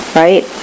right